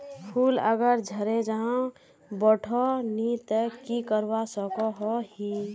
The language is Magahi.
फूल अगर झरे जहा बोठो नी ते की करवा सकोहो ही?